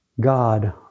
God